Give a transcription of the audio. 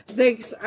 thanks